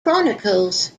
chronicles